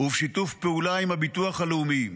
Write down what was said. בשיתוף פעולה עם הביטוח הלאומי.